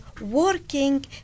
working